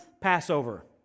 Passover